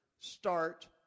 start